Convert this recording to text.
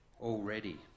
already